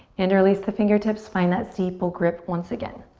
interlace the fingertips, find that steeple grip once again.